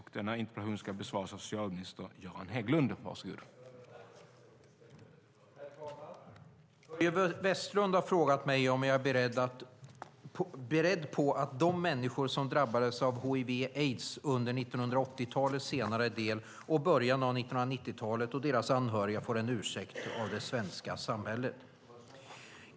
Herr talman! Börje Vestlund har frågat mig om jag är beredd på att de människor som drabbades av hiv/aids under 1980-talets senare del och början av 1990-talet, och deras anhöriga, får en ursäkt av det svenska samhället.